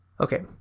Okay